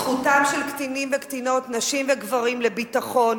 זכותם של קטינים וקטינות, נשים וגברים, לביטחון,